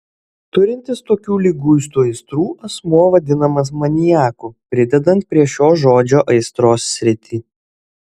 turintis tokių liguistų aistrų asmuo vadinamas maniaku pridedant prie šio žodžio aistros sritį